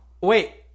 Wait